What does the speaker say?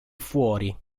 fuori